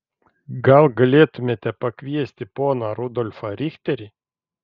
gal galėtumėte pakviesti poną rudolfą richterį